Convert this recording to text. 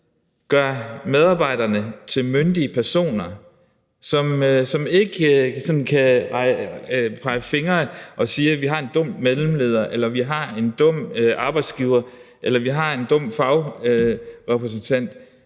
gør medarbejderne til myndige personer, som ikke kan pege fingre og sige, at de har en dum mellemleder, eller at de har en dum arbejdsgiver, eller at de har en dum fagrepræsentant.